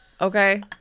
Okay